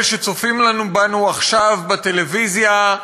אלה שצופים בנו עכשיו בטלוויזיה,